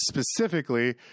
Specifically